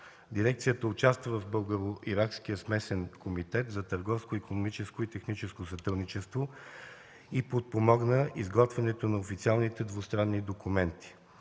Дирекцията участва в Българо-иракския смесен комитет за търговско-икономическо и техническо сътрудничество и подпомага изготвянето на официалните двустранни документи.